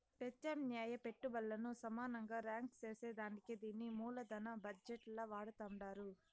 పెత్యామ్నాయ పెట్టుబల్లను సమానంగా రాంక్ సేసేదానికే దీన్ని మూలదన బజెట్ ల వాడతండారు